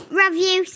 review